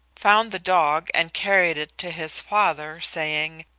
found the dog and carried it to his father, saying,